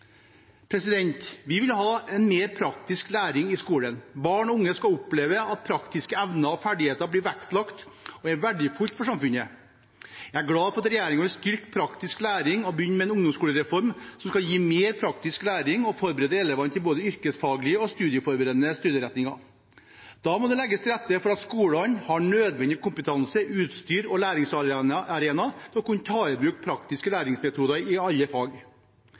Vi vil ha mer praktisk læring i skolen. Barn og unge skal oppleve at praktiske evner og ferdigheter blir vektlagt og er verdifullt for samfunnet. Jeg er glad for at regjeringen vil styrke praktisk læring og begynne med en ungdomsskolereform som skal gi mer praktisk læring og forberede elvene til både yrkesfaglige og studieforberedende studieretninger. Da må det legges til rette for at skolene har nødvendig kompetanse, utstyr og læringsarenaer til å kunne ta i bruk praktiske læringsmetoder i alle fag.